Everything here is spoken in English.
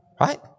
right